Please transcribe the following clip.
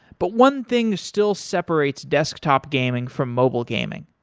but one thing still separates desktop gaming from mobile gaming,